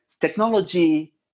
technology